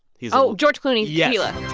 he's. oh, george clooney, yeah tequila